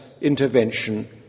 intervention